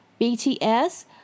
BTS